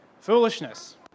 foolishness